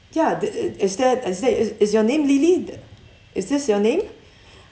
ya th~ the~ is there is there is is your name lily is this your name